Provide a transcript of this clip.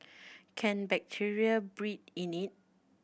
can bacteria breed in it